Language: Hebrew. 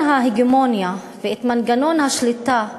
ההגמוניה ואת מנגנון השליטה בחברה,